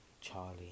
charlie